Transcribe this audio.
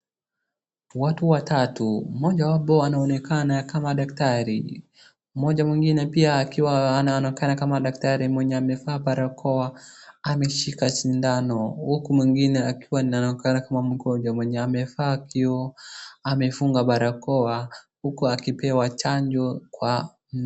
Watu watatu mmoja wapo anaonekana kama daktari, mmoja mwingine pia akiwa anaonekana kama daktari mwenye amevaa barakoa ameshika sindano huku mwingine akiwa anaonekana mgonjwa mwenye amevaaa kioo amefunga barakoa huku akipewa chanjo kwa.